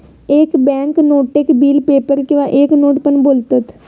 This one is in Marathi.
एक बॅन्क नोटेक बिल पेपर किंवा एक नोट पण बोलतत